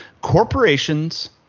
corporations